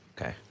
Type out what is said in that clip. Okay